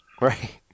Right